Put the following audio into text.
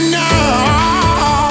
now